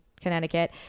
Connecticut